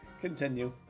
Continue